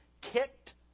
kicked